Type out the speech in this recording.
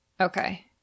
Okay